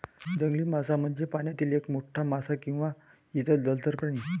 जंगली मासा म्हणजे पाण्यातील एक मोठा मासा किंवा इतर जलचर प्राणी